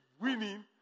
winning